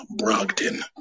Brogdon